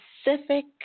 specific